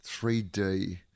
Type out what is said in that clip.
3D